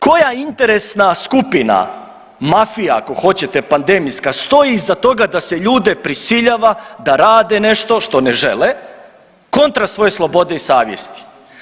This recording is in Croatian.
Koja interesna skupina, mafija ako hoćete, pandemijska stoji iza toga da se ljude prisiljava da rade nešto što ne žele kontra svoje slobode i savjesti?